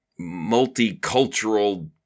multicultural